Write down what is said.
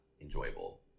enjoyable